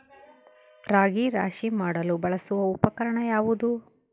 ರಾಗಿ ರಾಶಿ ಮಾಡಲು ಬಳಸುವ ಉಪಕರಣ ಯಾವುದು?